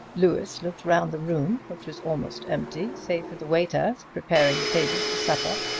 louis looked round the room, which was almost empty, save for the waiters preparing the tables for supper.